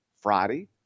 Friday